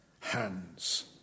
hands